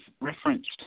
referenced